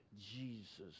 Jesus